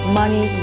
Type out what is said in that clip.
money